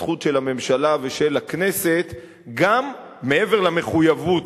זה גם הזכות של הממשלה ושל הכנסת גם מעבר למחויבות,